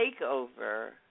takeover